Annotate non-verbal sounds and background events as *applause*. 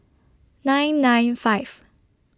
nine nine five *noise*